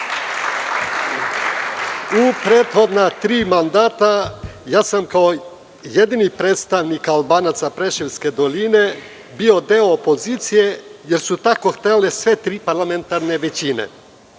prethodna tri mandata ja sam, kao jedini predstavnik Albanaca Preševske doline, bio deo opozicije, jer su tako htele sve tri parlamentarne većine.